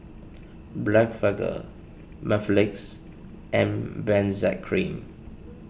Blephagel Mepilex and Benzac Cream